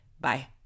Bye